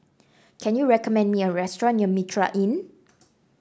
can you recommend me a restaurant near Mitraa Inn